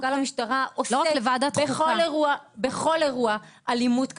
שמפכ"ל המשטרה עושה בכל אירוע אלימות כזה,